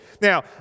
Now